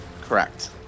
Correct